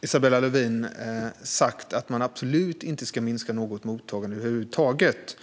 Isabella Lövin sagt att man absolut inte ska minska något mottagande över huvud taget.